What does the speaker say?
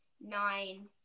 nine